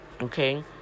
Okay